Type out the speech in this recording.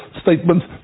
statements